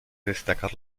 destacar